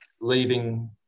leaving